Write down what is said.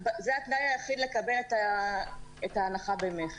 זה התנאי היחיד לקבל את ההנחה במכס.